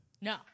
no